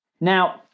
Now